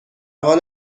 حال